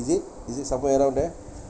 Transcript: is it is it somewhere around there